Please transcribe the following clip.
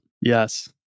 Yes